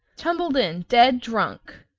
tumbled in, dead drunk.